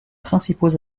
principaux